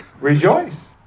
Rejoice